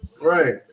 Right